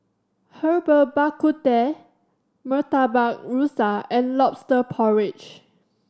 Herbal Bak Ku Teh Murtabak Rusa and Lobster Porridge